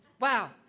Wow